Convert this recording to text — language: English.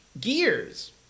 Gears